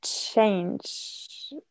change